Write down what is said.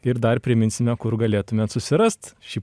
ir dar priminsime kur galėtumėt susirast šį